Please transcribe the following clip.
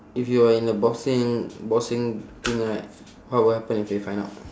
if you are in a boxing boxing thing right what will happen if they find out